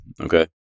okay